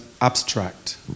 abstract